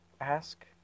ask